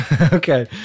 Okay